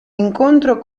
incontro